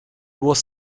was